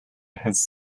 his